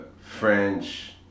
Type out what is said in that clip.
French